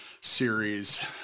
series